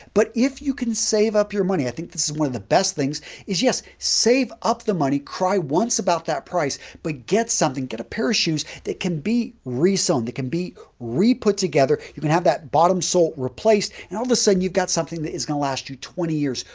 but, if you can save up your money, i think this is one of the best things is, yes, save up the money. cry once about that price, but get something, get a pair of shoes that can be re-sewn that can be re-put together. you can have that bottom sole replaced and all of a sudden, you've got something that is going to last you twenty years,